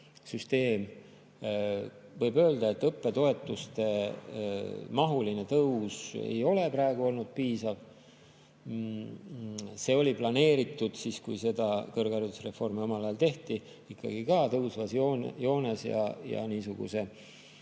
Võib öelda, et õppetoetuste mahuline tõus ei ole olnud piisav. See oli planeeritud siis, kui seda kõrgharidusreformi omal ajal tehti, ikkagi tõusvas joones ja niisuguse